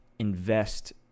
Invest